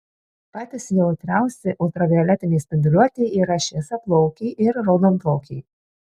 patys jautriausi ultravioletinei spinduliuotei yra šviesiaplaukiai ir raudonplaukiai